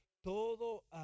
todo